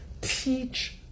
teach